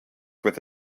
with